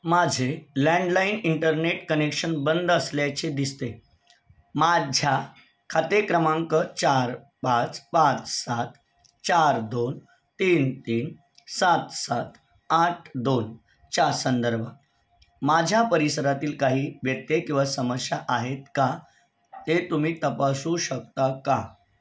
माझे landline internet connection बंद असल्याचे दिसते माझ्या खाते क्रमांक चार पाच पाच सात चार दोन तीन तीन सात सात आठ दोन च्या संदर्भात माझ्या परिसरातील काही व्यत्यय किंवा समस्या आहेत का ते तुम्ही तपासू शकता का